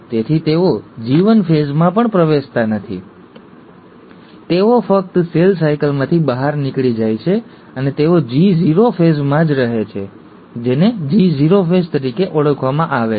તેથી તેઓ G1 ફેઝમાં પણ પ્રવેશતા નથી તેઓ ફક્ત સેલ સાયકલમાંથી બહાર નીકળી જાય છે અને તેઓ G0 ફેઝમાં જ રહે છે જેને G0 ફેઝ તરીકે ઓળખવામાં આવે છે